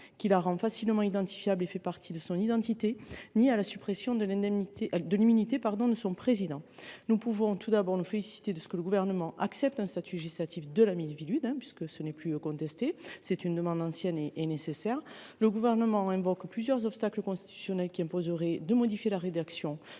organisme facilement identifiable et fait partie de son identité, ni à la suppression de l’immunité de son président. Nous pouvons toutefois nous réjouir que le Gouvernement accepte le statut législatif de la Miviludes – il s’agit d’une demande ancienne et nécessaire. Le Gouvernement invoque plusieurs obstacles constitutionnels qui imposeraient de modifier la rédaction